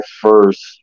first